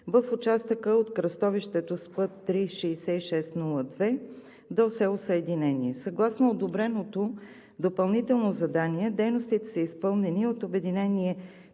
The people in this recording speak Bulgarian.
в участъка от кръстовището с път ІІІ-6602 до село Съединение. Съгласно одобреното допълнително задание дейностите са изпълнени от Обединение